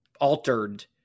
altered